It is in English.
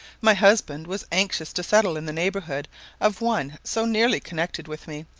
my husband was anxious to settle in the neighbourhood of one so nearly connected with me,